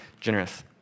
generous